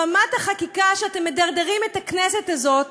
רמת החקיקה שאתם מדרדרים את הכנסת הזאת